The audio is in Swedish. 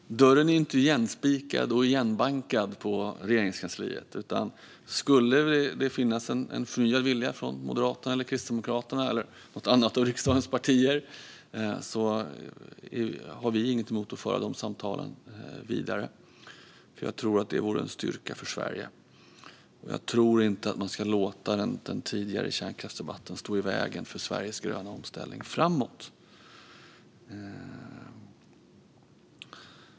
Dörren är dock inte igenspikad på Regeringskansliet. Skulle det finnas en förnyad vilja från Moderaterna, Kristdemokraterna eller något annat av riksdagens partier har vi inget emot att föra de samtalen vidare. Jag tror som sagt att det vore en styrka för Sverige. Jag tror inte att man ska låta den tidigare kärnkraftsdebatten stå i vägen för Sveriges gröna omställning framåt.